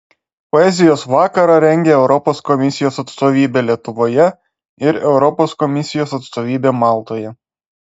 poezijos vakarą rengia europos komisijos atstovybė lietuvoje ir europos komisijos atstovybė maltoje